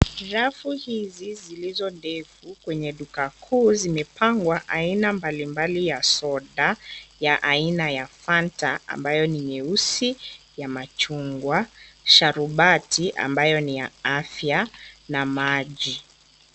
Rafu hizi zilizo ndefu kwenye duka kuu zimepangwa aina mbali mbali ya soda ya aina ya fanta ambayo ni nyeusi, ya machungwa, sharubati ambayo ni ya afia, na maji.